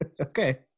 Okay